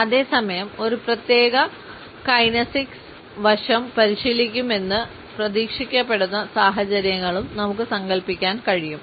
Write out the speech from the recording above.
അതേസമയം ഒരു പ്രത്യേക കൈനെസിക്സ് വശം പരിശീലിക്കുമെന്ന് പ്രതീക്ഷിക്കപ്പെടുന്ന സാഹചര്യങ്ങളും നമുക്ക് സങ്കൽപ്പിക്കാൻ കഴിയും